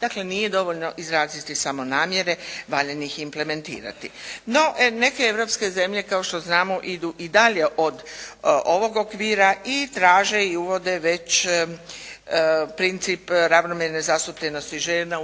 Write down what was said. Dakle, nije dovoljno izraziti samo namjere, valja ih i implementirati. No, neke europske zemlje kao što znamo idu i dalje od ovog okvira i traže i uvode već princip ravnomjerne zastupljenosti žena